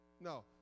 No